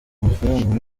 amafaranga